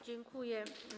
Dziękuję.